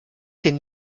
den